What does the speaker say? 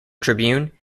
tribune